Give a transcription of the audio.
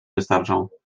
wystarczą